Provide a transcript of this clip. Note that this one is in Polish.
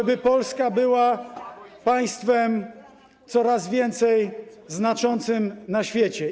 żeby Polska była państwem coraz więcej znaczącym na świecie.